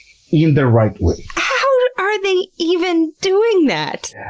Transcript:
in the right way. how are they even doing that?